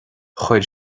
chuir